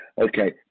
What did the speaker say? okay